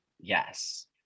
yes